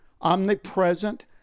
omnipresent